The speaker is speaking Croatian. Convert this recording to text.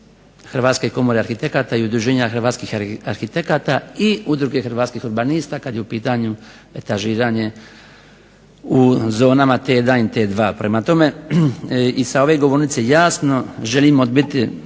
Hrvatske komore arhitekata i Udruženja hrvatskih arhitekata i Udruge hrvatskih urbanista kada je u pitanju etažiranje u zonama T1 i T2. Prema tome, i sa ove govornice jasno želim odbiti